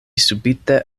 subite